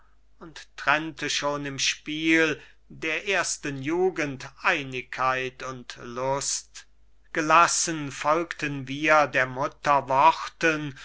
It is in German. und trennte schon im spiel der ersten jugend einigkeit und lust gelassen folgten wir der